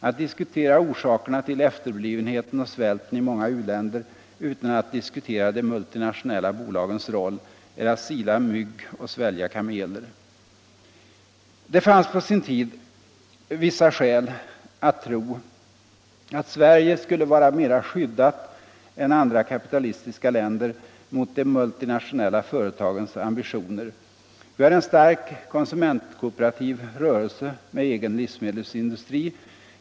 Att diskutera orsakerna till efterblivenheten och svälten i många u-länder utan att diskutera de multinationella bolagens roll är att sila mygg och svälja kameler. Det fanns på sin tid vissa skäl att tro att Sverige skulle vara mera skyddat än andra kapitalistiska länder mot de multinationella företagens ambitioner. Vi har en stark konsumentkooperativ rörelse med egen livsmedelsindustri.